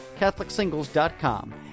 CatholicSingles.com